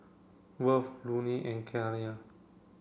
Worth Lonnie and Kiara